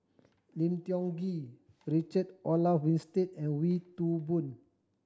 Lim Tiong Ghee Richard Olaf Winstedt and Wee Toon Boon